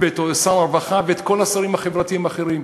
את שר הרווחה ואת כל השרים החברתיים האחרים,